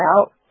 out